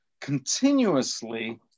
continuously